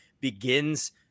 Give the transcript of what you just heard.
begins